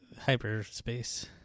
Hyperspace